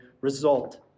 result